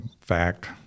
fact